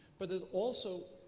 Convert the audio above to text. but it also